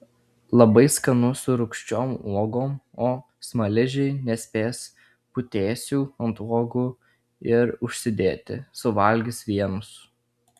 labai skanu su rūgščiom uogom o smaližiai nespės putėsių ant uogų ir užsidėti suvalgys vienus